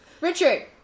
Richard